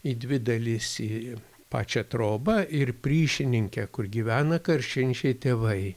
į dvi dalis į pačią trobą ir priešininkę kur gyvena karšinčiai tėvai